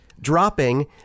Dropping